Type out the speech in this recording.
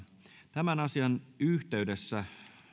tämän asian yhteydessä